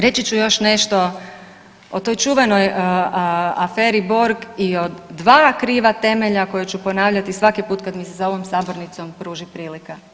Reći ću još nešto o toj čuvenoj aferi Borg i o dva kriva temelja koja ću ponavljati svaki put kada mi se za ovom sabornicom pruži prilika.